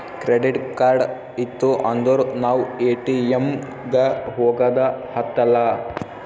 credit card ಇತ್ತು ಅಂದುರ್ ನಾವ್ ಎ.ಟಿ.ಎಮ್ ಗ ಹೋಗದ ಹತ್ತಲಾ